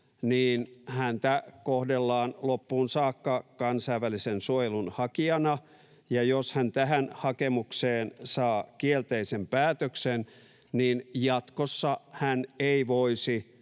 niin häntä kohdellaan loppuun saakka kansainvälisen suojelun hakijana, ja jos hän tähän hakemukseen saa kielteisen päätöksen, niin jatkossa hän ei voisi